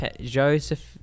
Joseph